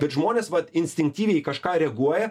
bet žmonės vat instinktyviai į kažką reaguoja